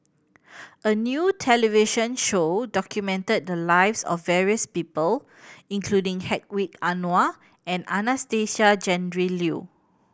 a new television show documented the lives of various people including Hedwig Anuar and Anastasia Tjendri Liew